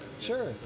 Sure